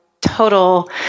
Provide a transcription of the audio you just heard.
total